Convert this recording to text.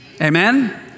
Amen